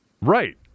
Right